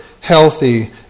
healthy